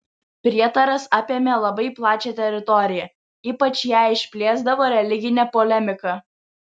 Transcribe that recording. prietaras apėmė labai plačią teritoriją ypač ją išplėsdavo religinė polemika